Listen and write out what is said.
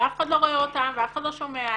ואף אחד לא רואה אותם ואף אחד לא שומע עליהם.